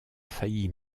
faillit